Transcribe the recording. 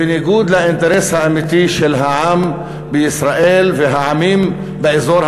בניגוד לאינטרס האמיתי של העם בישראל והעמים באזור,